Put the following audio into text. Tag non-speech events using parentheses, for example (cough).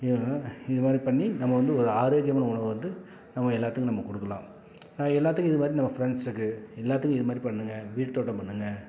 (unintelligible) இது மாதிரி பண்ணி நம்ம வந்து ஒரு ஆரோக்கியமான உணவு வந்து நம்ம எல்லோத்துக்கும் நம்ம கொடுக்கலாம் நா எல்லோத்துக்கும் இது மாதிரி நம்ம ஃப்ரெண்ட்ஸுக்கு எல்லோத்துக்கும் இது மாதிரி பண்ணுங்க வீடு தோட்டம் பண்ணுங்க